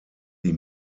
die